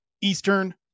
Eastern